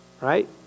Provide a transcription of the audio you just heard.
right